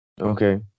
Okay